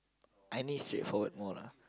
I need straightforward more lah